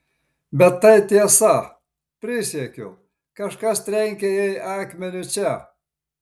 bet tai tiesa prisiekiu kažkas trenkė jai akmeniu čia